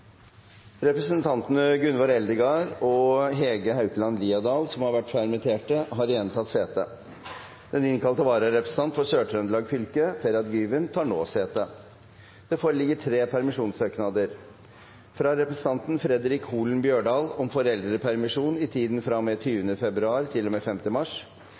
Representantene Gunvor Eldegard og Hege Haukeland Liadal , som har vært permitterte, har igjen tatt sete. Den innkalte vararepresentant for Sør-Trøndelag fylke, Ferhat Güven , tar nå sete. Det foreligger tre permisjonssøknader: fra representanten Fredric Holen Bjørdal om foreldrepermisjon i tiden fra og med 20. februar til og med 5. mars